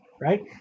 right